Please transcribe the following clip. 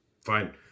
Fine